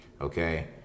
okay